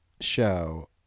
show